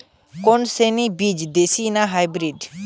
কোন শ্রেণীর বীজ দেশী না হাইব্রিড?